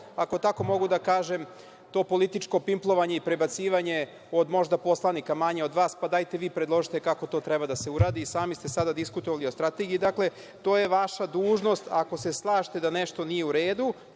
ako mogu tako da kažem, to političko pimplovanje i prebacivanje od možda poslanika manje od vas - pa dajte, vi predložite kako to treba da se uradi, isami ste sada diskutovali o strategiji. Dakle, to je vaša dužnost, ako se slažete da nešto nije u redu,